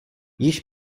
již